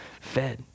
fed